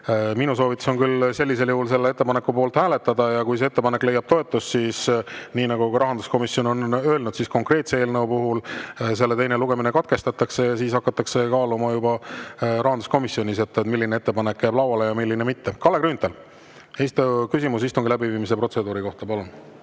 minu soovitus on sellisel juhul selle ettepaneku poolt hääletada. Ja kui see ettepanek leiab toetust, nii nagu ka rahanduskomisjon on öelnud, siis konkreetse eelnõu puhul selle teine lugemine katkestatakse ja siis hakatakse kaaluma juba rahanduskomisjonis, milline ettepanek jääb lauale ja milline mitte. Kalle Grünthal, küsimus istungi läbiviimise protseduuri kohta, palun!